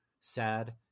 sad